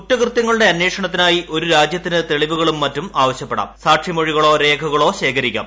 കുറ്റകൃത്യങ്ങളുടെ അന്വേഷണത്തിനു ഒരു രാജ്യത്തിന് തെളിവുകളും മറ്റും ആവശ്യപ്പെടാം സാക്ഷിമൊഴികളോ രേഖകളോ ശേഖരിക്കാം